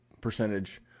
percentage